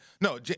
no